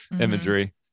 imagery